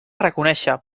reconéixer